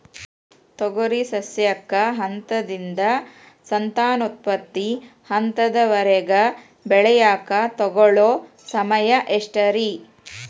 ತೊಗರಿ ಸಸ್ಯಕ ಹಂತದಿಂದ, ಸಂತಾನೋತ್ಪತ್ತಿ ಹಂತದವರೆಗ ಬೆಳೆಯಾಕ ತಗೊಳ್ಳೋ ಸಮಯ ಎಷ್ಟರೇ?